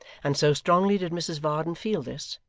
and so strongly did mrs varden feel this,